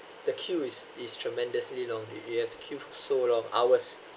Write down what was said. the queue is is tremendously long you you have to queue for so long hours